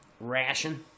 ration